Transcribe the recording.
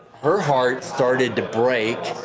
her heart started to break,